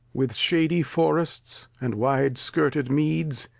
with shady forests, and wide-skirted meads,